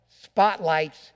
spotlights